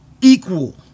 equal